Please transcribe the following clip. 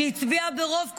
שהצביעה ברוב קולות,